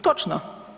Točno.